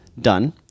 done